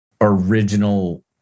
original